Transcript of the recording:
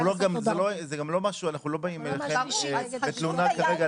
אנחנו לא באים אליכם בתלונה כרגע,